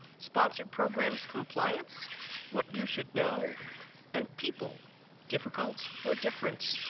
sponsored programs compliance what you should know and people difficult or different?